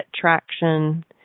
traction